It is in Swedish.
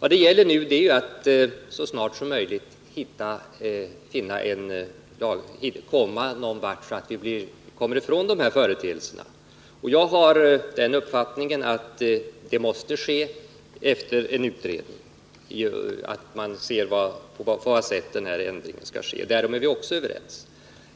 Vad det gäller nu är att så snart som möjligt komma ifrån de här företeelserna. Jag har den uppfattningen att det måste ske efter en utredning, som skall se på vad sätt den här ändringen skall ske. Därom är vi också överens.